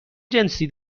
جنسی